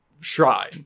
shrine